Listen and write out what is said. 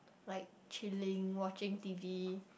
like chilling watching T_V